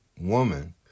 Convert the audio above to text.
woman